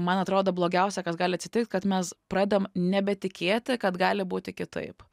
man atrodo blogiausia kas gali atsitikt kad mes pradam nebetikėti kad gali būti kitaip